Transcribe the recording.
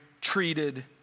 treated